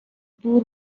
بور